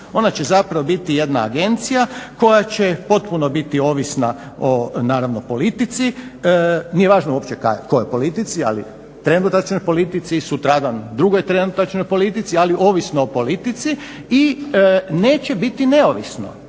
ona zapravo će biti jedna agencija koja će potpuno biti ovisna o naravno politici. Nije važno uopće kojoj politici, ali trenutačnoj politici, sutradan drugoj trenutačnoj politici, ali ovisno o politici i neće biti neovisno